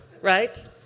Right